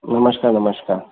नमस्कार नमस्कार